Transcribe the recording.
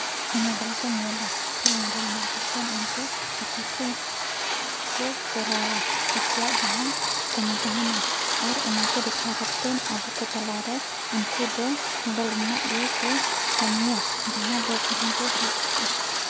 model ᱠᱚ ᱧᱮᱞᱟ ᱯᱷᱤᱨ ᱢᱚᱰᱮᱞ ᱧᱮᱞ ᱠᱟᱛᱮᱫ ᱩᱱᱠᱩ ᱟᱠᱚ ᱠᱚ ᱠᱚᱨᱟᱣᱟ ᱟᱠᱚᱣᱟᱜ ᱡᱟᱦᱟᱸ ᱠᱟᱹᱢᱤ ᱛᱟᱦᱮᱱᱟ ᱟᱨ ᱚᱱᱟ ᱠᱚ ᱫᱮᱠᱷᱟᱣ ᱠᱟᱛᱮᱫ ᱟᱵᱚ ᱠᱚ ᱛᱟᱞᱟᱨᱮ ᱩᱱᱠᱩ ᱫᱚ ᱢᱚᱰᱮᱞ ᱨᱮᱱᱟᱜ ᱜᱮᱠᱚ ᱠᱟᱹᱢᱤᱭᱟ ᱡᱟᱦᱟᱸ ᱫᱚ ᱯᱷᱤᱞᱤᱢ ᱠᱚ ᱥᱩᱴ